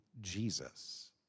Jesus